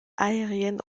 aérienne